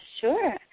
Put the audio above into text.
sure